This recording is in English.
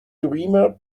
dreamer